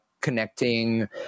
connecting